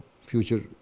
future